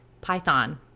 python